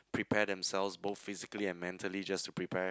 prepare themselves both physically and mentally just prepare